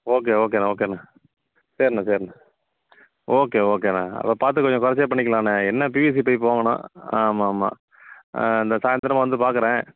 okay ஓகேண்ணா ஓகேண்ணா சரிண்ணா சரிண்ணா ஓகே ஓகேண்ணா அப்போ பார்த்து கொஞ்சம் குறைச்சியே பண்ணிக்கலாண்ணா என்ன பிவிசி பைப் வாங்கணும் ஆமாம் ஆமாம் அந்த சாயந்திரம் வந்து பார்க்கறேன்